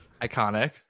iconic